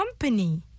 company